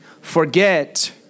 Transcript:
forget